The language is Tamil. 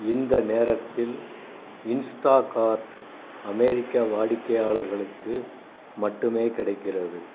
இந்த நேரத்தில் இன்ஸ்டாகார்ட் அமெரிக்க வாடிக்கையாளர்களுக்கு மட்டுமே கிடைக்கிறது